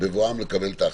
בבואם לקבל את ההחלטות,